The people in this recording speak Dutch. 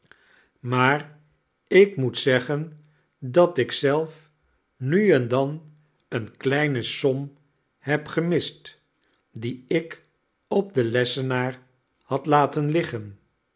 maar ik moet zeggen dat ik zelf nu en dan eene kleine som heb gemist die ik op den lessenaar had laten liggen